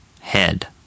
head